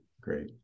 Great